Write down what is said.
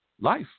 life